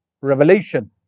Revelation